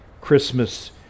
Christmas